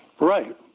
Right